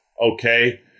Okay